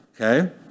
okay